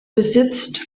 besitzt